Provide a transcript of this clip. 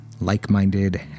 Like-minded